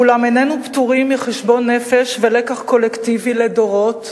אולם איננו פטורים מחשבון נפש ולקח קולקטיבי לדורות,